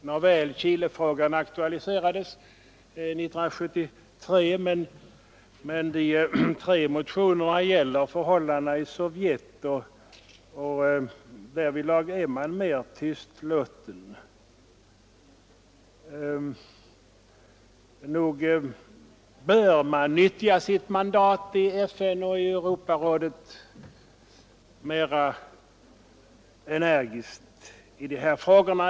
Nåväl, Chilefrågan aktualiserades år 1973, men tre av de fyra motionerna gäller förhållandena i Sovjet, och därvidlag har regeringen varit mera tystlåten. Nog bör Sverige nyttja sitt mandat i FN och Europarådet mer energiskt i dessa frågor!